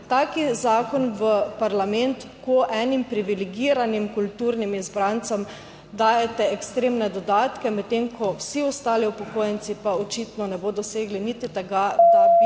tak zakon v parlament, ko enim privilegiranim kulturnim izbrancem dajete ekstremne dodatke, medtem ko vsi ostali upokojenci pa očitno ne bodo dosegli niti tega, da bi